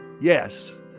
yes